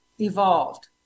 evolved